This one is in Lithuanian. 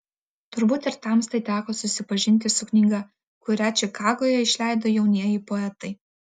turbūt ir tamstai teko susipažinti su knyga kurią čikagoje išleido jaunieji poetai